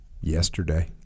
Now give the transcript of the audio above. yesterday